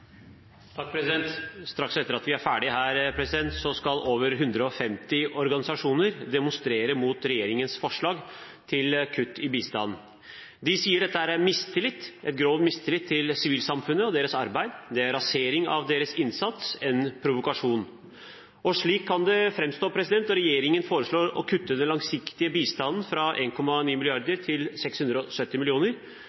ferdig her, skal over 150 organisasjoner demonstrere mot regjeringens forslag til kutt i bistanden. Vi sier at dette er mistillit, en grov mistillit til sivilsamfunnet og deres arbeid, det er rasering av deres innsats, en provokasjon. Slik kan det framstå når regjeringen foreslår å kutte i den langsiktige bistanden, fra 1,9 mrd. kr til 670